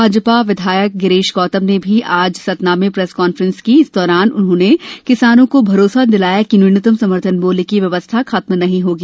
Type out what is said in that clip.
भाजपा विधायक गिरीश गौतम ने भी आज सतना में प्रेस कॉन्फ्रेंस की इस दौरान उन्होंने किसानों को भरोस दिलाया कि न्यूनतम समर्थन मूल्य की व्यवस्था खत्म नहीं होगी